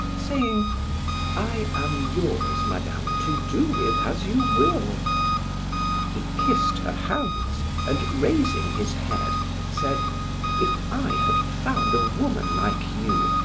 saying i am yours, madame, to do with as you will he kissed her hands and raising his head said if i had found a woman like you,